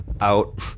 Out